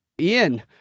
Ian